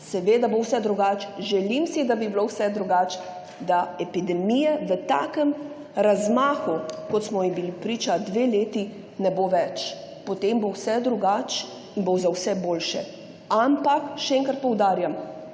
Seveda bo vse drugače, želim si, da bi bilo vse drugače, da epidemije v takem razmahu, kot smo ji bili priče dve leti, ne bo več. Potem bo vse drugače in bo za vse bolje. Ampak, še enkrat poudarjam,